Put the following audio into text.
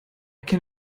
can